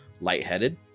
lightheaded